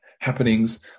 happenings